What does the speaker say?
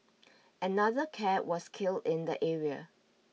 another cat was killed in the area